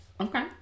Okay